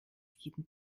jeden